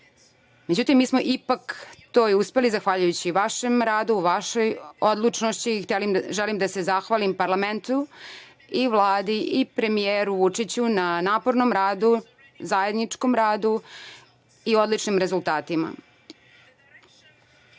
Međutim, mi smo ipak to uspeli zahvaljujući vašem radu, vašom odlučnosti i želim da se zahvalim parlamentu i Vladi i premijeru Vučiću na napornom radu, zajedničkom radu i odličnim rezultatima.(Narodni